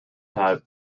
type